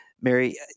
Mary